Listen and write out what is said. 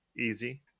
easy